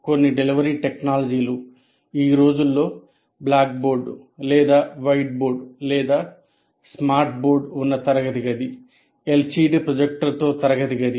కొన్ని డెలివరీ టెక్నాలజీలు ఈ రోజుల్లో బ్లాక్ బోర్డ్ లేదా వైట్ బోర్డ్ లేదా స్మార్ట్ బోర్డ్ ఉన్న తరగతి గది LCD ప్రొజెక్టర్తో తరగతి గది